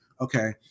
Okay